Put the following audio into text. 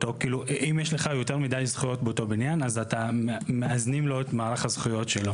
אם יש לך יותר מידי זכויות באותו בניין אז מאזנים לך את מערך הזכויות.